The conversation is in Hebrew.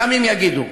ימים יגידו.